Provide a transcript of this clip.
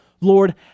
Lord